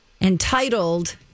Entitled